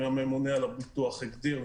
הממונה על הביטוח הגדיר,